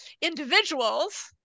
individuals